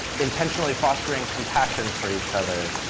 intentionally fostering compassion for each other,